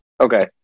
Okay